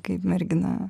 kaip mergina